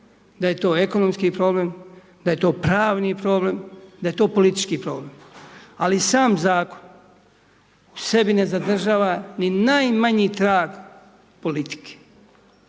da je to ekonomski problem, da je to pravni problem, da je to politički problem. Ali sam zakon u sebi ne zadržava ni najmanji trag politike.